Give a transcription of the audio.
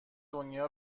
دنیا